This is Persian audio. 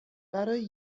برای